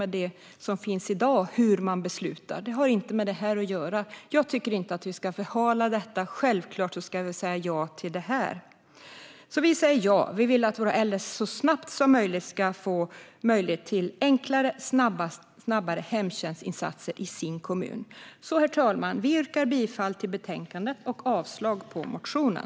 Det som finns i dag - hur man beslutar - är lika olika och har inget med detta att göra. Jag tycker inte att vi ska förhala det här, utan självklart ska vi säga ja till det. Vi säger ja. Vi vill att våra äldre så snabbt som möjligt ska få möjlighet till enklare och snabbare hemtjänstinsatser i sin kommun. Herr talman! Vi yrkar bifall till utskottets förslag och avslag på motionen.